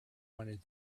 wanted